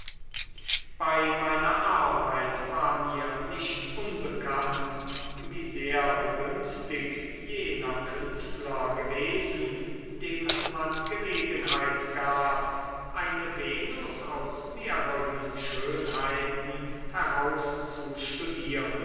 bei meiner arbeit war mir nicht unbekannt wie sehr begünstigt jener künstler gewesen dem man gelegenheit gab eine venus aus mehreren schönheiten